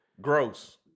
gross